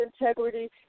integrity